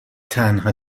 تنها